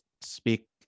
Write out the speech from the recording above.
speak